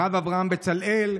הרב אברהם בצלאל,